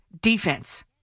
defense